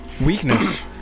weakness